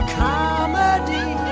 comedy